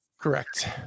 Correct